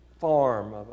farm